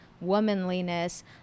womanliness